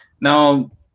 Now